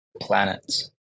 planets